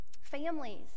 families